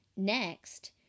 Next